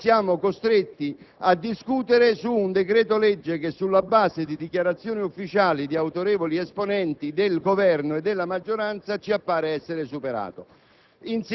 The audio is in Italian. ma noi siamo costretti a discutere su un decreto-legge che, sulla base di dichiarazioni ufficiali di autorevoli esponenti del Governo e della maggioranza, ci appare essere superato.